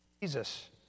Jesus